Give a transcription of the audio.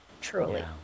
truly